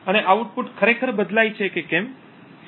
અને આઉટપુટ ખરેખર બદલાય છે કે કેમ તે જોશે